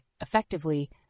effectively